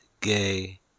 gay